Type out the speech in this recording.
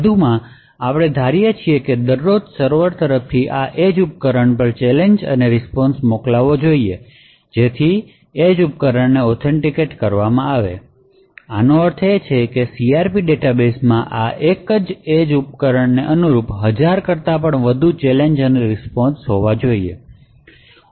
વધુમાં આપણે ધારીએ છીએ કે દરરોજ સર્વર તરફથી આ એજ ઉપકરણ પર ચેલેંજ અને રીસ્પોન્શ મોકલવો જોઈએ જેથી એજ ઉપકરણને ઓથેન્ટિકેટ કરવામાં આવે આનો અર્થ એ કે CRP ડેટાબેસમાં આ એક જ એજ ઉપકરણને અનુરૂપ હજાર કરતા વધુ વિવિધ ચેલેંજ અને રીસ્પોન્શ હોવા જોઈએ